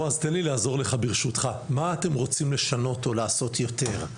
מה אתם רוצים לשנות ולעשות יותר,